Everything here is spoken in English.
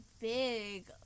big